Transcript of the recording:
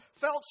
felt